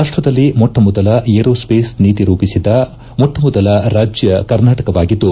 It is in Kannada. ರಾಷ್ಷದಲ್ಲಿ ಮೊಟ್ಟ ಮೊದಲ ಏರೋಸ್ವೇಶ್ ನೀತಿ ರೂಪಿಸಿದ್ದ ಮೊಟ್ಟ ಮೊದಲ ರಾಜ್ಯ ಕರ್ನಾಟಕವಾಗಿದ್ದು